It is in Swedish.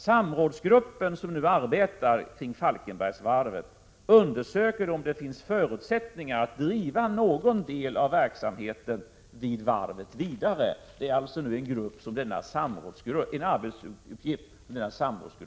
Samrådsgruppen som nu arbetar med frågor kring Falkenbergsvarvet undersöker om det finns förutsättningar att driva någon del av verksamheten vid varvet vidare. Det är en av samrådsgruppens arbetsuppgifter.